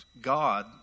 God